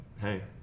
hey